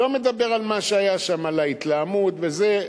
לא מדבר על מה שהיה שם, על ההתלהמות וזה.